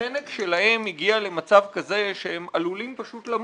החנק שלהם הגיע למצב כזה שהם עלולים פשוט למות.